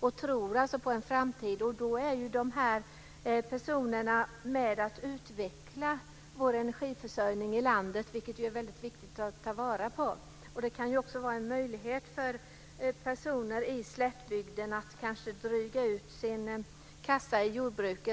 De tror alltså på en framtid och därmed kan dessa personer delta i utvecklandet av energiförsörjningen i landet, vilket är viktigt att ta vara på. Att få lite billigare energi kan också vara en möjlighet för människor i slättbygderna att dryga ut sina inkomster från jordbruket.